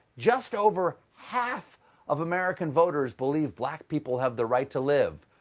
just over half of americans voters believe black people have the right to live.